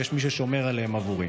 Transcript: ושיש מי ששומר עליהם עבורי.